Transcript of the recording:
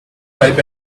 ripe